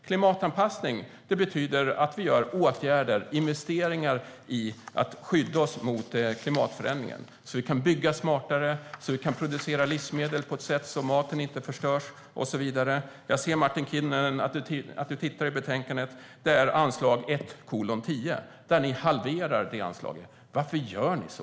Klimatanpassning betyder att vi vidtar åtgärder och investeringar för att skydda oss mot klimatförändringar - detta för att vi ska kunna bygga smartare, producera livsmedel på ett sätt så att maten inte förstörs och så vidare. Jag ser att du tittar i betänkandet, Martin Kinnunen. Det handlar om anslag 1:10 som ni vill halvera. Varför gör ni så?